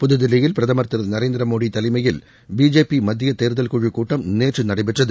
புதுதில்லியில் பிரதமர் திரு நரேந்திர மோடி தலைமையில் பிஜேபி மத்திய தேர்தல் குழு கூட்டம் நேற்று நடைபெற்றது